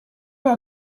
are